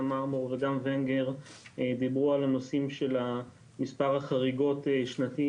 גם מרמור וגם ונגר דיברו על הנושאים של מספר החריגות שנתי